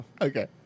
Okay